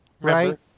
right